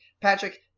Patrick